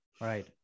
Right